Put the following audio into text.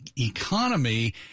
economy